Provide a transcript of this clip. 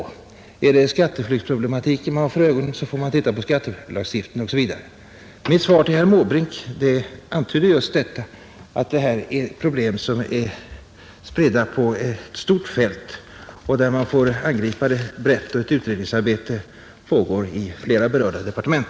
Har man skatteflyktsproblematiken för ögonen, får man se på skattelagstiftningen OSV. Mitt svar till herr Måbrink antydde just att det här gäller problem som är spridda på ett stort fält och att man får angripa dem brett. Ett utredningsarbete pågår i flera berörda departement.